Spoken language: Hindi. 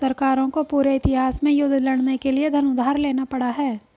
सरकारों को पूरे इतिहास में युद्ध लड़ने के लिए धन उधार लेना पड़ा है